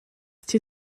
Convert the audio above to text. chi